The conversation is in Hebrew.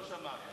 לא שמעת.